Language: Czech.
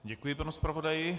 Děkuji panu zpravodaji.